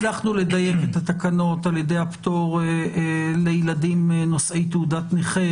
הצלחנו לדייק את התקנות על ידי הפטור לילדים נושאי תעודת נכה